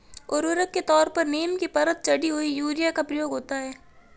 उर्वरक के तौर पर नीम की परत चढ़ी हुई यूरिया का प्रयोग होता है